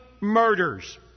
murders